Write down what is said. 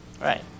Right